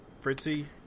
Fritzy